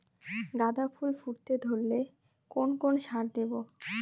গাদা ফুল ফুটতে ধরলে কোন কোন সার দেব?